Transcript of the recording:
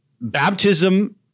baptism